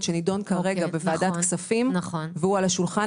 שנידון כרגע בוועדת כספים הוא על השולחן.